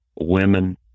women